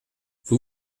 vous